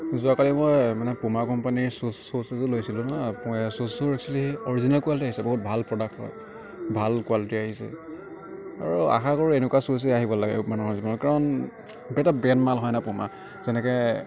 যোৱাকালি মই মানে পুমা কোম্পানীৰ শ্বুচ শ্বুচ এযোৰ লৈছিলোঁ শ্বুচযোৰ এক্ছুৱেলি অৰিজিনেল কোৱালিটীৰ আহিছিল বহুত ভাল প্ৰডাক্ট হয় ভাল কোৱালিটীৰ আহিছে আৰু আশাকৰো এনেকুৱা শ্বুচেই আহিব লাগে মানুহৰ এইটো কাৰণ এটা ব্ৰেণ্ড মাল হয় ন পুমা যেনেকে